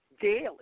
daily